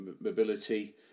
mobility